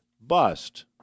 bust